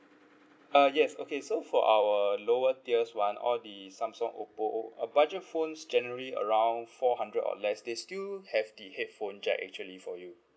uh yes okay so for our lower tiers [one] all the samsung oppo o~ budget phones generally around four hundred or less they still have the headphone jack actually for you